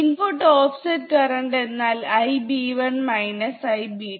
input offset current എന്നാൽ Ib1 Ib2